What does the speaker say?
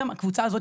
הקבוצה הזאת,